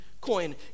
coin